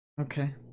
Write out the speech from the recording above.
Okay